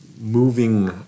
moving